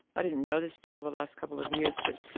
i didn't know this until the last couple of years, but